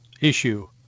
issue